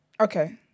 Okay